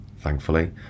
thankfully